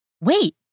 wait